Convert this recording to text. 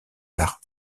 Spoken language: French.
l’art